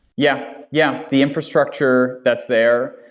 yeah. yeah, the infrastructure, that's there.